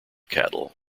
cattle